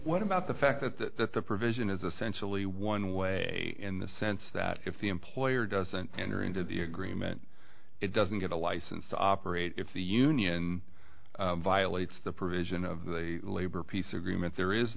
what about the fact that the provision is essentially one way in the sense that if the employer doesn't enter into the agreement it doesn't get a license to operate if the union violates the provision of the labor peace agreement there is